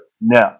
no